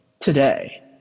today